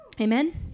Amen